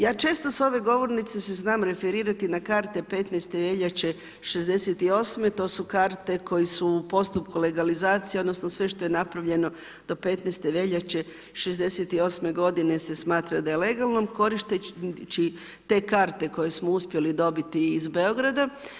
Ja često s ove govornice se znam referirati na karte 15.veljače '68. to su karte koje su u postupku legalizacije, odnosno sve što je napravljeno do 15. veljače '68. godine se smatra da je legalno koristeći te karte koje smo uspjeli dobiti iz Beograda.